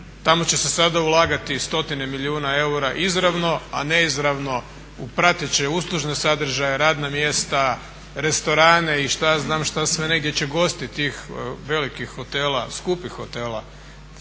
Tamo će se sada ulagati stotine milijuna eura izravno, a neizravno u prateće uslužne sadržaje, radna mjesta, restorane i šta ja znam šta sve ne gdje će gosti tih velikih hotela, skupih hotela